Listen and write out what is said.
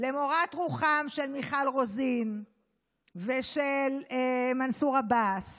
זו הבשורה הימנית שמכין לנו שר המשפטים ושמכינה לנו הממשלה